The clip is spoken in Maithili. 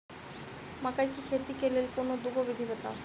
मकई केँ खेती केँ लेल कोनो दुगो विधि बताऊ?